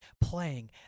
playing